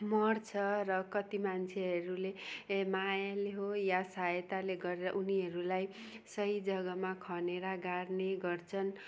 मर्छ र कति मान्छेहेरूले मायाले हो या सहायताले गरेर उनीहरूलाई सही जग्गामा खनेर गाड्ने गर्छन्